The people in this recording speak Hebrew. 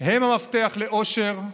הם המפתח לעושר,